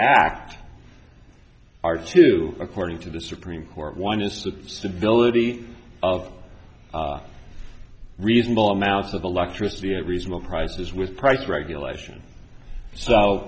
act are to according to the supreme court one is the stability of reasonable amounts of electricity at reasonable prices with price regulation so